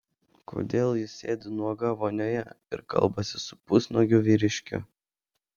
kodėl ji sėdi nuoga vonioje ir kalbasi su pusnuogiu vyriškiu